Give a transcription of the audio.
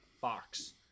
fox